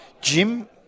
Jim